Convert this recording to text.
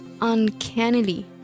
uncannily